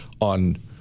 on